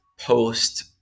post